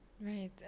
Right